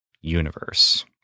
universe